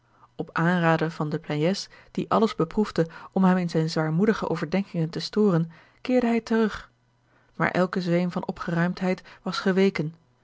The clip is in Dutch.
op aanraden an de pleyes die alles bep roefde om hem in zijne zwaarmoedige overdenkingen te storen keerde hij terug maar elke zweem van opgeruimdheid was geweken